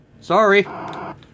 Sorry